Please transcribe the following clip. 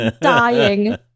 dying